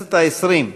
הכנסת העשרים,